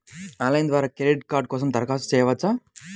Online ద్వారా credit card కోసం దరఖాస్తు చేయవచ్చా?